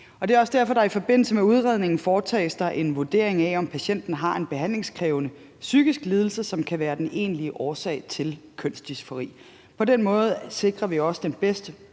Det er også derfor, at der i forbindelse med udredningen foretages en vurdering af, om patienten har en behandlingskrævende psykisk lidelse, som kan være den egentlige årsag til kønsdysfori. På den måde sikrer vi også den bedst